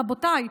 רבותיי,